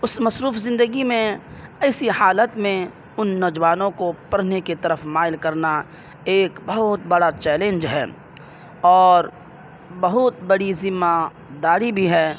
اس مصروف زندگی میں ایسی حالت میں ان نوجوانوں کو پڑھنے کے طرف مائل کرنا ایک بہت بڑا چیلنج ہے اور بہت بڑی ذمہ داری بھی ہے